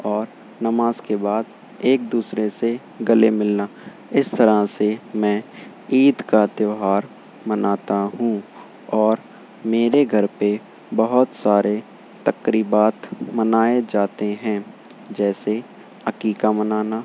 اور نماز کے بعد ایک دوسرے سے گلے ملنا اس طرح سے میں عید کا تہوار مناتا ہوں اور میرے گھر پہ بہت سارے تقریبات منائے جاتے ہیں جیسے عقیقہ منانا